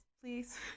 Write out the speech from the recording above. please